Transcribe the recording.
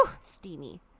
steamy